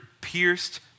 pierced